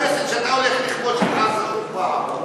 לכנסת שאתה הולך לכבוש את עזה שוב פעם.